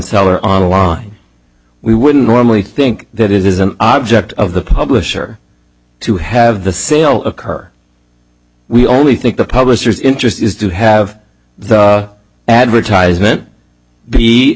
seller online we wouldn't normally think that it is an object of the publisher to have the sale occur we only think the publishers interest is to have the advertisement be